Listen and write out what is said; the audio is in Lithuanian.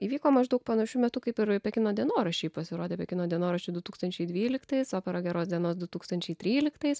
įvyko maždaug panašiu metu kaip ir pekino dienoraščiai pasirodė pekino dienoraščiai du tūkstančiai dvyliktais opera geros dienos du tūkstančiai tryliktais